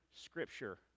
Scripture